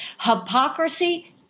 Hypocrisy